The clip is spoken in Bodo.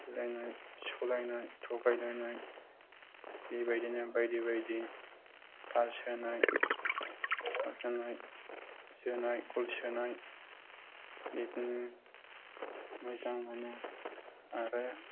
सोलायनाय थगायलायनाय बेबायदिनो बायदि बायदि फारसोनाय माजानाय जोनाय गल सोनाय बिदिनो मोजां मोनो आरो